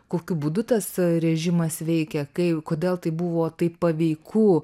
kokiu būdu tas režimas veikia kai kodėl tai buvo taip paveiku